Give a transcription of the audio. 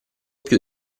più